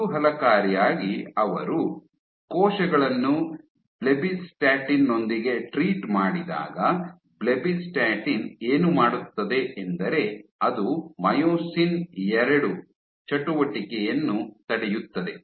ಕುತೂಹಲಕಾರಿಯಾಗಿ ಅವರು ಕೋಶಗಳನ್ನು ಬ್ಲೆಬಿಸ್ಟಾಟಿನ್ ನೊಂದಿಗೆ ಟ್ರೀಟ್ ಮಾಡಿದಾಗ ಬ್ಲೆಬಿಸ್ಟಾಟಿನ್ ಏನು ಮಾಡುತ್ತದೆ ಎಂದರೆ ಅದು ಮೈಯೋಸಿನ್ II ಚಟುವಟಿಕೆಯನ್ನು ತಡೆಯುತ್ತದೆ